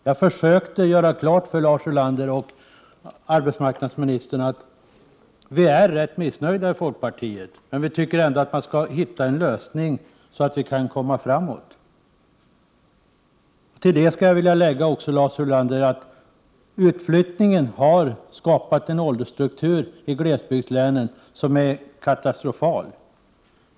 Jag försökte göra klart för Lars Ulander och arbetsmarknadsministern att vi är rätt missnöjda, men vi tycker att man måste hitta en lösning för att komma framåt. Till det vill jag också lägga, Lars Ulander, att utflyttningen har skapat en åldersstruktur i glesbygdslänen som är katastrofal.